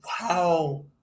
wow